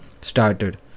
started